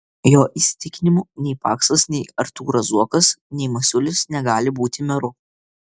jo įsitikinimu nei paksas nei artūras zuokas nei masiulis negali būti meru